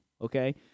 Okay